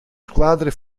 squadre